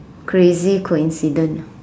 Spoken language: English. crazy coincidence